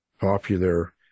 popular